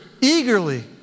eagerly